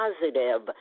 positive